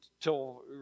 till